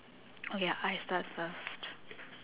okay I start first